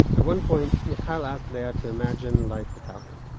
at one point michael asked leah to imagine life without him.